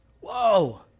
Whoa